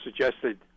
suggested